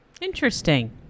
Interesting